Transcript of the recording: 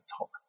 top